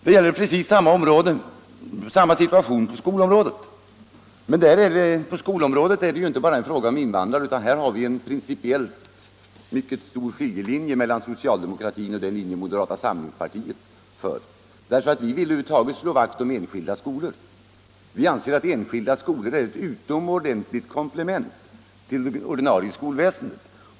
Situationen är precis densamma på skolområdet, men där är det inte bara en fråga om invandrare utan där har vi en principiellt mycket kraftig skiljelinje mellan socialdemokratin och den uppfattning som moderata samlingspartiet företräder. Vi vill nämligen slå vakt om enskilda skolor. Vi anser att de skolorna är ett utomordentligt komplement till det ordinarie skolväsendet.